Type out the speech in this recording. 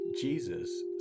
Jesus